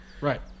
Right